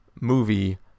movie